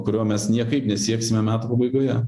kurio mes niekaip nesieksime metų pabaigoje